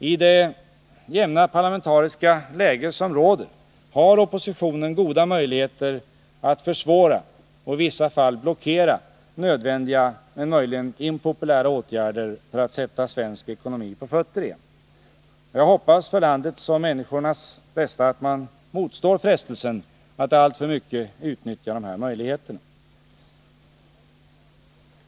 I det jämna parlamentariska läge som råder har oppositionen goda möjligheter att försvåra och i vissa fall blockera nödvändiga men möjligen impopulära åtgärder för att sätta svensk ekonomi på fötter igen. Jag hoppas för landets och människornas bästa att man motstår frestelsen att alltför mycket utnyttja de möjligheterna.